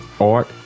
Art